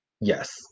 yes